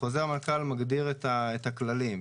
חוזר מנכ"ל מגדיר את הכללים,